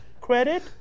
credit